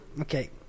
Okay